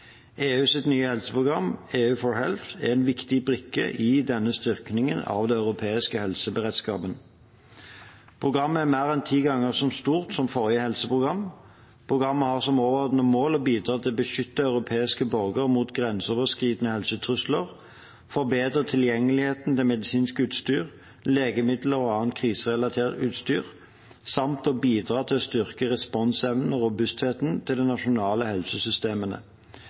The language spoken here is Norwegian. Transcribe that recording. nye helseprogram, EU4Health, er en viktig brikke i denne styrkingen av den europeiske helseberedskapen. Programmet er mer enn ti ganger så stort som forrige helseprogram. Programmet har som overordnede mål å bidra til å beskytte europeiske borgere mot grenseoverskridende helsetrusler, forbedre tilgjengeligheten til medisinsk utstyr, legemidler og annet kriserelatert utstyr samt å bidra til å styrke responsevnen og robustheten til de nasjonale helsesystemene.